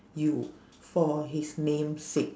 you for his name's sake